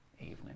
evening